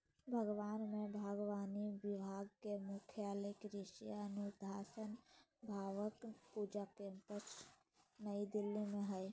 भारत में बागवानी विभाग के मुख्यालय कृषि अनुसंधान भवन पूसा केम्पस नई दिल्ली में हइ